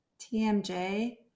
TMJ